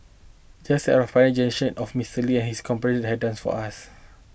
just as our Pioneer Generation of Mister Lee and his compatriots have done for us